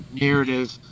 narrative